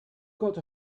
got